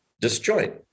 disjoint